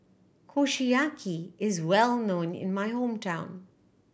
Kushiyaki is well known in my hometown